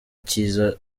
cyiza